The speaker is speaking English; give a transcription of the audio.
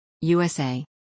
USA